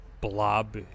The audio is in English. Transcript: blob